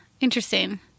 interesting